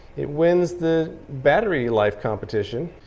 it wins the battery life competition.